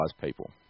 people